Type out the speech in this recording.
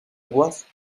voix